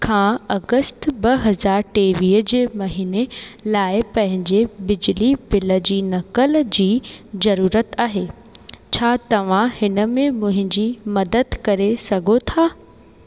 खां अगस्त ॿ हज़ार टेवीअ जे महीने लाइ पंहिंजे बिजली बिल जे नक़ल जी जरुरत आहे छा तव्हां हिनमें मुहिंजी मदद करे सघो था